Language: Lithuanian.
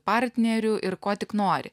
partnerių ir ko tik nori